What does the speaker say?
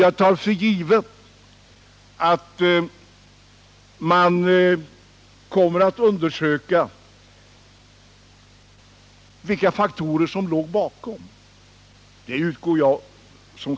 Jag tar för givet att man kommer att undersöka vilka faktorer som låg bakom detta.